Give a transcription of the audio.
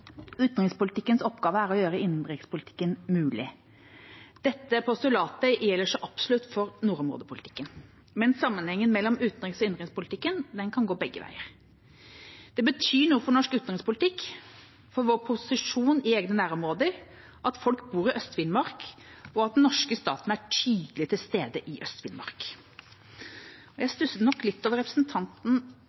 Utenrikspolitikkens oppgave er å gjøre innenrikspolitikken mulig. Dette postulatet gjelder så absolutt for nordområdepolitikken, men sammenhengen mellom utenriks- og innenrikspolitikken kan gå begge veier. Det betyr noe for norsk utenrikspolitikk, for vår posisjon i egne nærområder, at folk bor i Øst-Finnmark, og at den norske staten er tydelig til stede i Øst-Finnmark. Jeg stusset nok litt over representanten